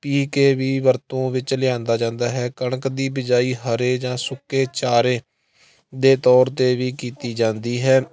ਪੀਹ ਕੇ ਵੀ ਵਰਤੋਂ ਵਿਚ ਲਿਆਉਂਦਾ ਜਾਂਦਾ ਹੈ ਕਣਕ ਦੀ ਬਿਜਾਈ ਹਰੇ ਜਾਂ ਸੁੱਕੇ ਚਾਰੇ ਦੇ ਤੌਰ 'ਤੇ ਵੀ ਕੀਤੀ ਜਾਂਦੀ ਹੈ